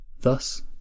Thus